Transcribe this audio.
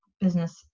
business